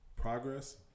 progress